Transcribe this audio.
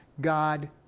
God